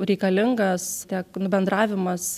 reikalingas tiek nu bendravimas